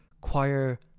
choir